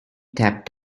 tapped